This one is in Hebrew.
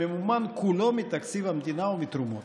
מתקציב המדינה ומתרומות.